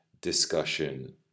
discussion